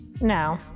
No